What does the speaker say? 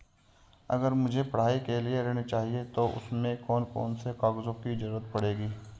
अगर मुझे पढ़ाई के लिए ऋण चाहिए तो उसमें कौन कौन से कागजों की जरूरत पड़ेगी?